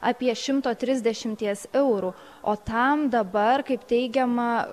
apie šimto trisdešimties eurų o tam dabar kaip teigiama